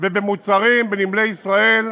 ובמוצרים בנמלי ישראל,